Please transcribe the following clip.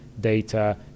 data